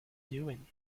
doing